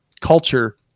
culture